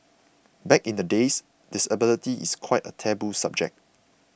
back in the days disability is quite a taboo subject